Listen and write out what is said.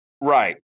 right